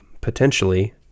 potentially